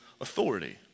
authority